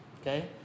okay